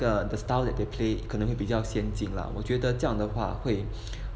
the the style that they play 会比较先进了我觉得这样的话会